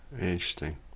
Interesting